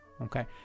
okay